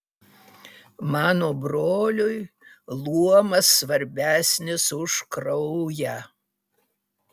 mano broliui luomas svarbesnis už kraują